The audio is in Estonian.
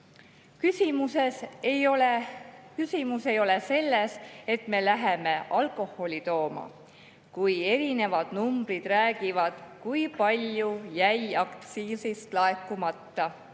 ei ole selles, et me läheme alkoholi tooma. Kui erinevad numbrid räägivad, kui palju jäi aktsiisist laekumata,